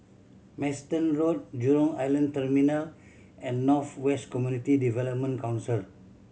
Manston Road Jurong Island Terminal and North West Community Development Council